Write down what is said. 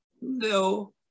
No